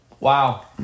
Wow